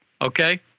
okay